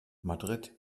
madrid